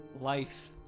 life